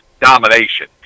domination